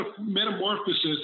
metamorphosis